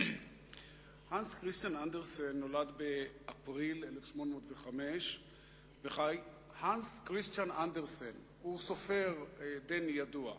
הנס כריסטיאן אנדרסן נולד באפריל 1805. הנס כריסטיאן אנדרסן הוא סופר דני ידוע.